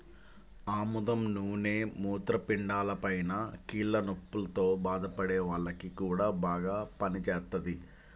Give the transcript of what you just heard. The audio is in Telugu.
ఆముదం నూనె మూత్రపిండాలపైన, కీళ్ల నొప్పుల్తో బాధపడే వాల్లకి గూడా బాగా పనిజేత్తది